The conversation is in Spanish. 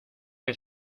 que